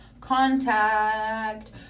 contact